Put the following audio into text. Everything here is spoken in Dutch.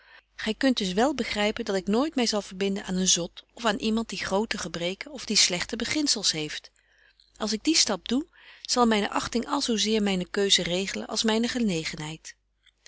gy kunt des wel begrypen dat ik nooit my zal verbinden aan een zot of aan iemand die grote gebreken of die slegte bebetje wolff en aagje deken historie van mejuffrouw sara burgerhart ginzels heeft als ik dien stap doe zal myne achting al zo zeer myne keuze regelen als myne genegenheid